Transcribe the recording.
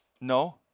No